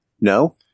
No